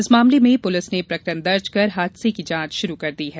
इस मामले में पुलिस ने प्रकरण दर्ज कर हादसे की जांच शुरू कर दी है